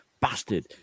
bastard